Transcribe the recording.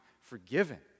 forgiven